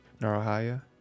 Naruhaya